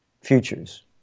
futures